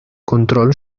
control